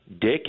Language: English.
Dick